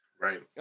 Right